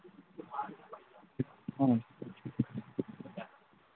ꯎꯝ